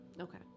Okay